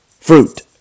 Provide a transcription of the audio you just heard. fruit